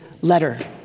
letter